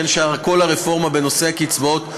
בין שאר הרפורמה בנושא הקצבאות,